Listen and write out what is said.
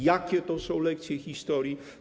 Jakie to są lekcje historii?